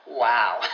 wow